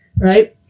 Right